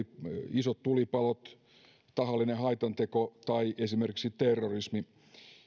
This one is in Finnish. isot tulipalot tahallinen haitanteko tai esimerkiksi terrorismi